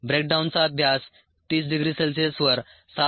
ब्रेकडाउनचा अभ्यास 30 degree C वर 7